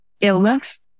illness